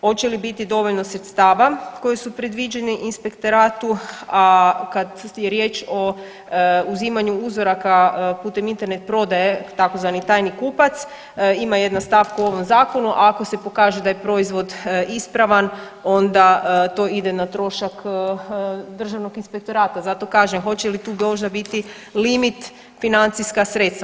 Hoće li biti dovoljno sredstava koji su predviđeni inspektoratu, a kad je riječ o uzimanju uzoraka putem internet prodaje, tzv. tajni kupac, ima jedna stavka u ovom Zakonu, ako se pokaže da je proizvod ispravan, onda to ide na trošak Državnog inspektorata, zato kažem, hoće li tu možda biti limit financijska sredstva?